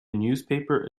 newspaper